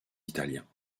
italiens